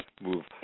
move